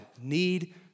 need